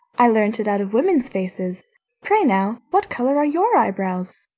i learn'd it out of women's faces pray now, what colour are your eyebrows?